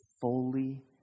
fully